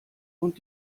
und